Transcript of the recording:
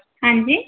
ਹਾਂਜੀ